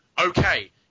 okay